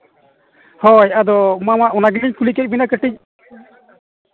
ᱦᱳᱭ ᱟᱫᱚ ᱢᱟᱢᱟ ᱚᱱᱟ ᱜᱮᱞᱤᱧ ᱠᱩᱞᱤ ᱠᱮᱫ ᱵᱤᱱᱟ ᱠᱟᱹᱴᱤᱡ